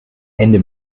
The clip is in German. ende